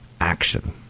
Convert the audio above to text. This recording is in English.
action